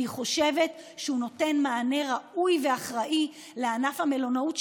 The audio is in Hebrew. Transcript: אני חושבת שהוא נותן מענה ראוי ואחראי לענף המלונאות,